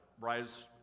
rise